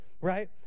Right